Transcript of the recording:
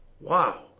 Wow